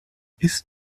ist